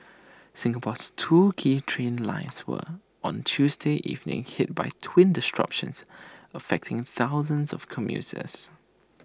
Singapore's two key train lines were on Tuesday evening hit by twin disruptions affecting thousands of commuters